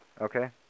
Okay